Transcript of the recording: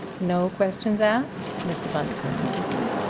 no questions asked? mr. bundercombe insisted.